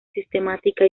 sistemática